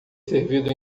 servido